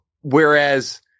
Whereas